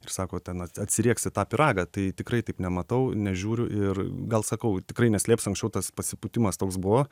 ir sako ten at atsirieksit tą pyragą tai tikrai taip nematau nežiūriu ir gal sakau tikrai neslėpsiu anksčiau tas pasipūtimas toks buvo